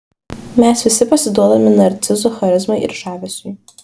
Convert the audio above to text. mes visi pasiduodame narcizų charizmai ir žavesiui